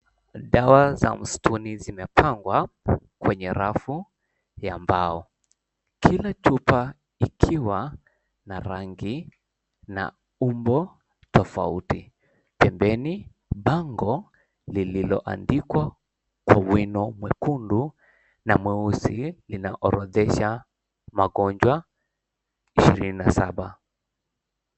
Dawa za msituni zinapangwa kwenye rafu ya mbao, kila chupa ikiwa na rangi na umbo tofauti. Pembeni, bango lililoandikwa kwa wino mwekundu na mweusi linaorodhesha magonjwa ishirini na saba.